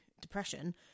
depression